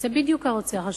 זה בדיוק הרוצח השקט.